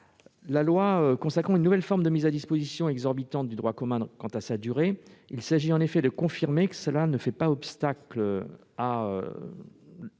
texte consacrant une nouvelle forme de mise à disposition exorbitante du droit commun quant à sa durée, il s'agit de confirmer que cela ne fait pas obstacle aux